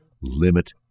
limit